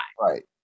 right